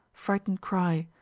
frightened cry,